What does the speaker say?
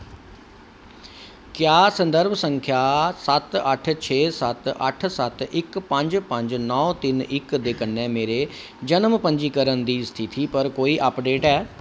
क्या संदर्भ संख्या सत्त अट्ठ छे अट्ठ सत्त सत्त इक पंज पंज नौ तिन इक दे कन्नै मेरे जन्म पंजीकरण दी स्थिति पर कोई अपडेट ऐ